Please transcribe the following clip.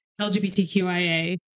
lgbtqia